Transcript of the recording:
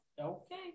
Okay